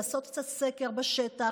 לעשות קצת סקר בשטח,